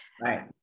Right